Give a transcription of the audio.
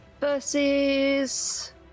versus